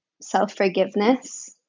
self-forgiveness